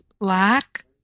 lack